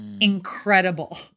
incredible